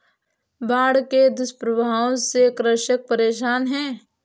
बाढ़ के दुष्प्रभावों से कृषक परेशान है